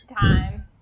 Time